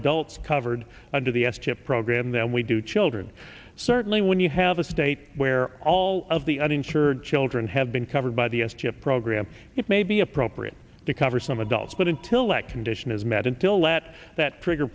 adults covered under the s chip program than we do children certainly when you have a state where all of the uninsured children have been covered by the s chip program it may be appropriate to cover some adults but until that condition is met until let that trigger